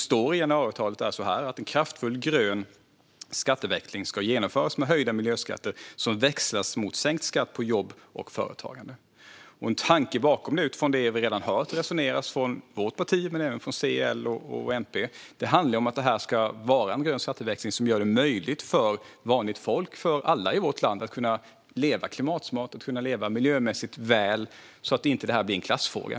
I januariavtalet står det så här: "En kraftfull grön skatteväxling ska genomföras med höjda miljöskatter som växlas mot sänkt skatt på jobb och företagande." En tanke bakom det - utifrån det vi redan hört resonemang om från vårt parti men även från C, L och MP - är att det ska vara en grön skatteväxling som gör det möjligt för vanligt folk, för alla i vårt land, att leva klimatsmart och miljömässigt väl så att det inte blir en klassfråga.